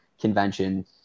convention